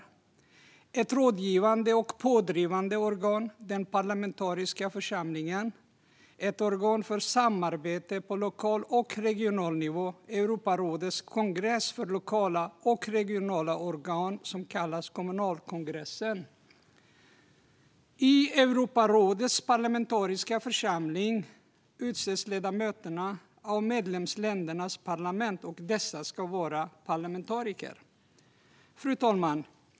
Det finns ett rådgivande och pådrivande organ, den parlamentariska församlingen. Slutligen finns det ett organ för samarbete på lokal och regional nivå - Europarådets kongress för lokala och regionala organ, som kallas kommunalkongressen. I Europarådets parlamentariska församling utses ledamöterna av medlemsländernas parlament, och dessa ska vara parlamentariker. Fru talman!